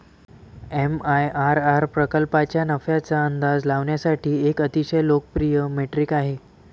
MIRR प्रकल्पाच्या नफ्याचा अंदाज लावण्यासाठी एक अतिशय लोकप्रिय मेट्रिक आहे